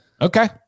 Okay